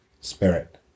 Spirit